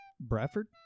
Bradford